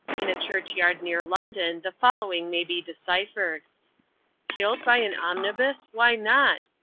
in a church-yard near london the following may be deciphered killed by an omnibus why not?